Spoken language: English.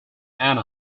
anna